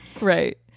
right